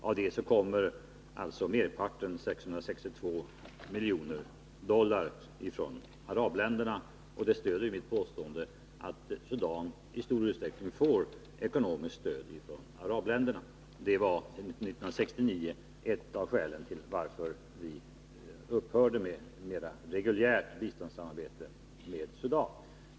Av detta kommer alltså merparten, 662 miljoner dollar, från arabländerna. Det stöder mitt påstående att Sudan i stor utsträckning får ekonomisk hjälp från arabländerna. Det var ett av skälen till att vi 1969 upphörde med mera reguljärt biståndssamarbete med Sudan.